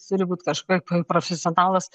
turi būt kažkaip profesionalas